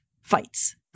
fights